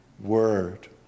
word